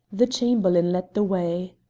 the chamberlain led the way.